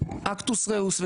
אקטוס ראוס,